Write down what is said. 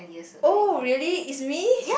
oh really is me